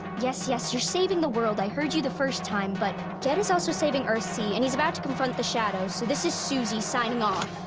yes, yes, you're saving the world, i heard you the first time but, ged is also saving earthsea and he's about to confront the shadow, so this is suzie, signing off.